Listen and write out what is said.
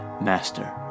Master